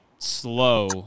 slow